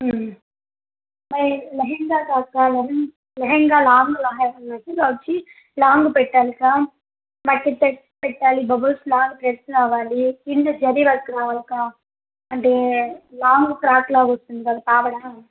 మ్మ్ లెహెంగా కాక ల లెహెంగా లాంగలెహంగాలా వచ్చి లాంగు పెట్టాలిక్కా బట్ ట్రెట్స్ పెట్టాలి బబుల్స్ లాంగ్ ట్రెట్స్ రావాలి కింద జరి వర్క్ రావాలక అంటే లాంగు క్లాత్ లాగా వస్తుంది కదా పావడా